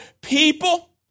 people